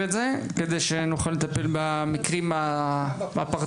את זה כדי שנוכל לטפל במקרים הפרטניים.